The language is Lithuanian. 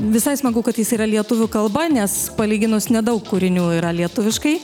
visai smagu kad jis yra lietuvių kalba nes palyginus nedaug kūrinių yra lietuviškai